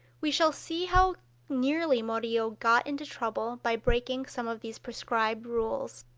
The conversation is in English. we shall see how nearly murillo got into trouble by breaking some of these prescribed rules.